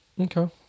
Okay